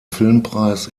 filmpreis